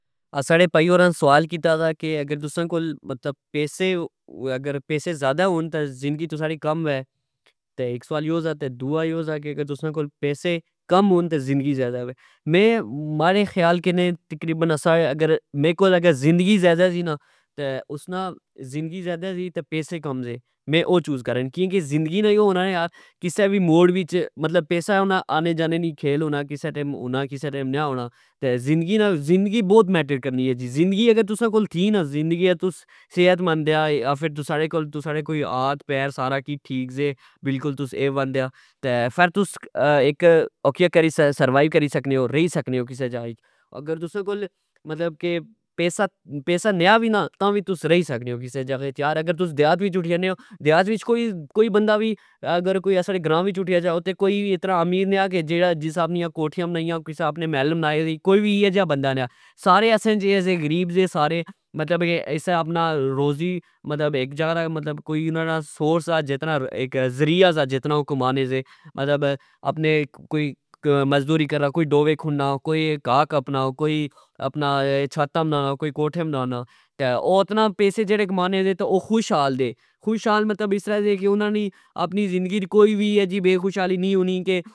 اسا نے پائی ارا سوال کیتا سا کہ اگر تسا کول پیسے ذئدا ہون تہ ذندگی تسا نی کم وہہ تہ ,اک سوال اے سا تہ دؤا سوال یو سا کہ اگر تسا ں کول پیسے کم ہون تہ ذندگی ذیدا وہہ, میں ماڑے خیال کنے مارے کول اگر زندگی زیدا سی نا تہ اسنا پیسے کم سے میں او چوز کرا کیا کہ زندگی نا یو ہونا نا کسہ وی موڑ وچ مطلب پیسا ہانا آنے جانے نی کھیل ہونا .کسہ ٹئم ہونا کسہ ٹئم نے ہونا زندگی بوت میٹر کرنی زندگی اگر تساں کول تھی نا تس اگر صحت مند ایا تسا کول ناتھ پیر سارا کج ٹھیک دے سارا کج اے ون دہ .فر تساں اوکھیا کری تہ سروایو کری سکنے او رئی سکنے او اک جائی اپر۔ اگر تساں کول پیسا نیا وی نا تا وی تساں رئی سکنے او کسہ جائی اگر تس دیہات وچ اٹھ جانے او دیہات وچ کوئی بندا وی اگر اسانے گراں وچ اٹھیا جا اتے کوئی اتنا امیر نئے آ کہ جیڑا جس اپنی کوٹھیاں بنائیاں جس آپنے محل دی کوئی وی اییہ جا بندا نے آ سارا اسا جے غریب جے سارے مطلب کہ اپناجاروضی، مطلب اک جا نا ریسورس سا، مطلب ذریعہ سا جتنا او کمانے سے اپنے او مذدوری کرنا کوئی ڈوئے کھنا کوئی کا کپنا، کوئی اپنا چھتا بنانا، کوئی کوٹھے بنانا او اتنا پیسے جیڑے کمانے دے او خوش خال دے خول اسرہ دے کہ انا نی زندگی اچ کوئی وی اییہ جی بیخیالی نی ہونی کہ